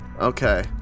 okay